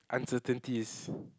uncertainties